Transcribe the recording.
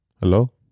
Hello